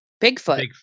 Bigfoot